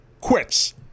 quits